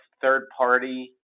third-party